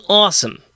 awesome